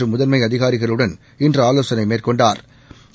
மற்றும் முதன்மை அதிகாரிகளுடன் இன்று ஆலோசனை மேற்கொண்டாா்